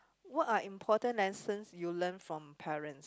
what are important lessons you learn from parents